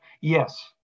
Yes